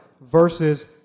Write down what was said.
versus